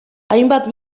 hainbat